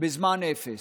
בזמן אפס,